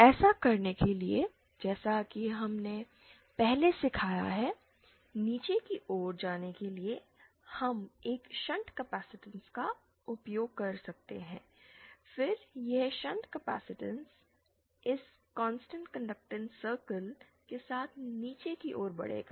ऐसा करने के लिए जैसा कि हमने पहले सीखा है नीचे की ओर जाने के लिए हम एक शंट कैपेसिटेंस का उपयोग कर सकते हैं फिर यह शंट कैपेसिटेंस इस कांस्टेंट कंडक्टेंस सर्कल के साथ नीचे की ओर बढ़ेगा